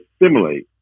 assimilate